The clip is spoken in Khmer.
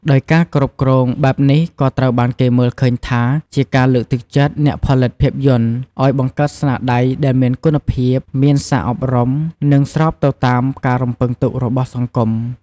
ដោយការគ្រប់គ្រងបែបនេះក៏ត្រូវបានគេមើលឃើញថា ជាការលើកទឹកចិត្តអ្នកផលិតភាពយន្តឲ្យបង្កើតស្នាដៃដែលមានគុណភាព មានសារអប់រំ និងស្របទៅតាមការរំពឹងទុករបស់សង្គម។